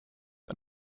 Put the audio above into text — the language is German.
ein